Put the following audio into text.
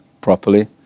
properly